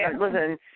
listen